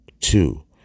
two